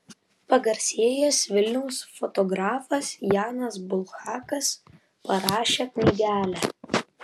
pagarsėjęs vilniaus fotografas janas bulhakas parašė knygelę